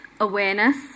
awareness